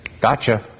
gotcha